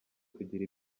kugira